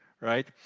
right